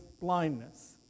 blindness